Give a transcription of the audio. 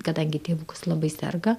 kadangi tėvukas labai serga